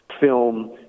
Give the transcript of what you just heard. film